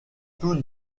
tous